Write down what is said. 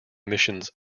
emissions